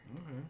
Okay